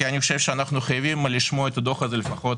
כי אני חושב שאנחנו חייבים לשמוע את הדוח הזה לפחות